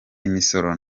imisoro